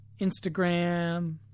instagram